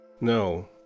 No